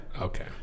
Okay